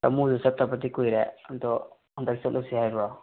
ꯇꯥꯃꯣꯁꯨ ꯆꯠꯇꯕꯗꯤ ꯀꯨꯏꯔꯦ ꯑꯗꯣ ꯍꯟꯗꯛ ꯆꯠꯂꯨꯁꯦ ꯍꯥꯏꯕ꯭ꯔꯣ